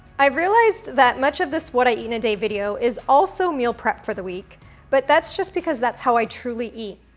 i've realized that much of this what i eat in a day video is also meal prep for the week but that's just because that's how i truly eat.